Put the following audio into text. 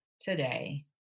today